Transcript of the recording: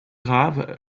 grave